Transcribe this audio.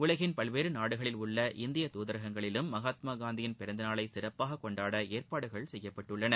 உலகின் பல்வேறு நாடுகளில் உள்ள இந்திய தூதரகங்களிலும் மகாத்மா காந்தியின் பிறந்தநாளை சிறப்பாக கொண்டாட ஏற்பாடுகள் செய்யப்பட்டுள்ளன